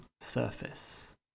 surface